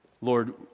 Lord